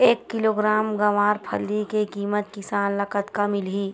एक किलोग्राम गवारफली के किमत किसान ल कतका मिलही?